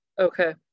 Okay